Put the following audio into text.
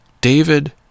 David